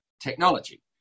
technology